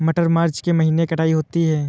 मटर मार्च के महीने कटाई होती है?